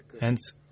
Hence